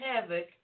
Havoc